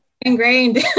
ingrained